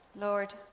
Lord